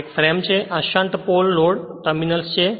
આ એક ફ્રેમ છે અને આ શંટ પોલ લોડ ટર્મિનલ્સ છે